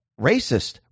racist